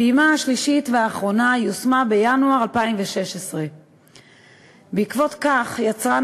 הפעימה השלישית והאחרונה יושמה בינואר 2016. בעקבות כך יצרן